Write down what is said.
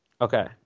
Okay